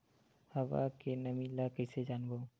हवा के नमी ल कइसे जानबो?